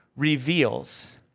reveals